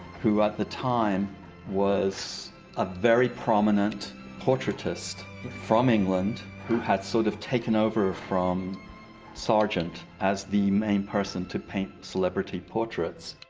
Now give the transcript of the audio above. who at the time was a very prominent portraitist from england who had sort of taken over from sargent as the main person to paint celebrity portraits.